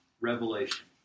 revelation